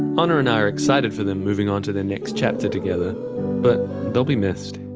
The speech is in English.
honor and i are excited for them moving on to their next chapter together but they'll be missed.